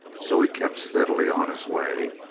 so he kept steadily on his way,